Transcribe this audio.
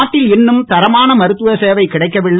நாட்டில் தரமான மருத்துவ சேவை கிடைக்கவில்லை